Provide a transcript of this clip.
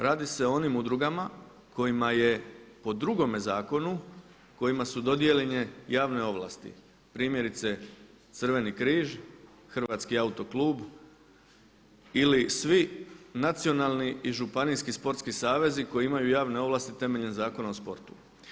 Radi se o onim udrugama kojima je po drugome zakonu, kojima su dodijeljene javne ovlasti primjerice Crveni križ, Hrvatski autoklub ili svi nacionalni i županijski sportski savezi koji imaju javne ovlasti temeljem Zakona o sportu.